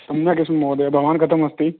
सम्यगस्मि महोदय भवान् कथम् अस्ति